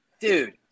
Dude